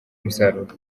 umusaruro